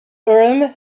urim